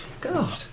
God